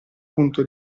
punto